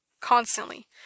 constantly